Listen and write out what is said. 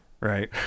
right